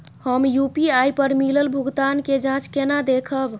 हम यू.पी.आई पर मिलल भुगतान के जाँच केना देखब?